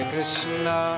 Krishna